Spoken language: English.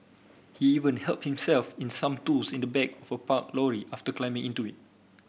he even helped himself in some tools in the back for parked lorry after climbing into it